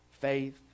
Faith